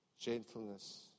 gentleness